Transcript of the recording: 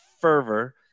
fervor